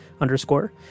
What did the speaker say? underscore